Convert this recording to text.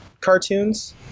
cartoons